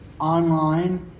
online